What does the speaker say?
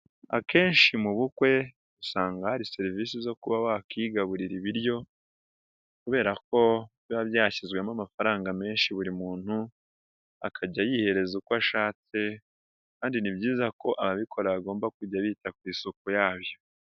Akenshi mu bukwe usanga hari serivisi zo kuba bakigaburira ibiryo kubera ko biba byashyizwemo amafaranga menshi, buri muntu akajya yihereza uko ashatse kandi ni byiza ko ababikora bagomba kujya bita ku isuku yabyo.